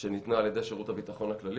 שניתנה על ידי שירות הביטחון הכללי,